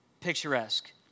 picturesque